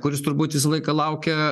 kuris turbūt visą laiką laukia